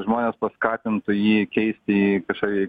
žmonės paskatintų jį keisti į kažkokį